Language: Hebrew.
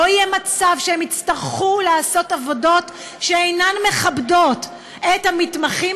לא יהיה מצב שהם יצטרכו לעשות עבודות שאינן מכבדות את המתמחים,